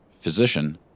physician